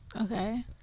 Okay